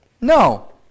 No